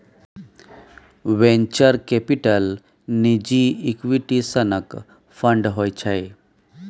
venture capital निजी equity सनक fund होइ छै